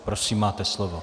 Prosím, máte slovo.